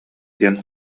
диэн